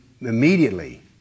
immediately